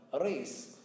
race